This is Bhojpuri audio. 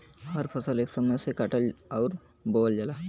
हर फसल एक समय से काटल अउर बोवल जाला